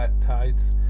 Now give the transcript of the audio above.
tides